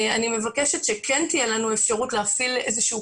אני מבקשת שכן תהיה לנו אפשרות להפעיל איזשהו